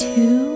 Two